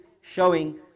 showing